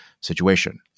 situation